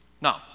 Now